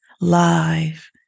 live